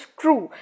true